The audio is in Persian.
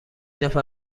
نفر